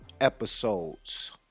episodes